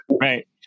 right